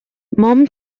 mom